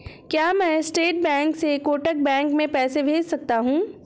क्या मैं state bank से कोटक बैंक में पैसे भेज सकता हूँ?